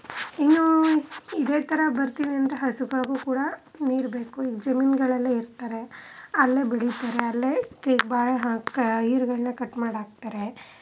ಇನ್ನೂ ಇದೇ ಥರ ಬರ್ತೀನಿ ಅಂದರೆ ಹಸುಗಳಿಗೂ ಕೂಡ ನೀರು ಬೇಕು ಈಗ ಜಮೀನುಗಳೆಲ್ಲ ಇರ್ತಾರೆ ಅಲ್ಲೇ ಬೆಳೀತಾರೆ ಅಲ್ಲೇ ಈಗ ಬಾಳೆ ಹಾಕ್ಕಾ ಐರ್ಗಳ್ನ ಕಟ್ ಮಾಡಿ ಹಾಕ್ತರೆ